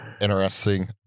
interesting